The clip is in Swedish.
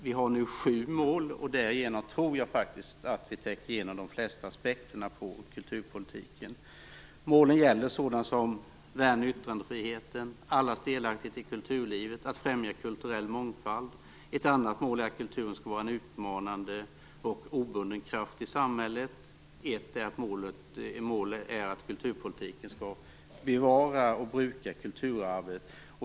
Vi har nu sju mål, och därigenom tror jag att vi täcker in de flesta aspekterna på kulturpolitiken. Målen gäller sådant som att värna yttrandefriheten, allas delaktighet till kulturlivet och att främja kulturell mångfald. Ett annat mål är att kulturen skall vara en utmanande och obunden kraft i samhället. Ytterligare ett mål är att kulturpolitiken skall bevara och bruka kulturarvet.